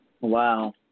Wow